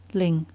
ling?